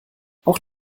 auch